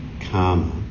karma